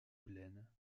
plaines